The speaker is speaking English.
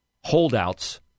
holdouts